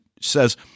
says